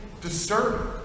disturbing